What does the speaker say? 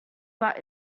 but